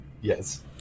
Yes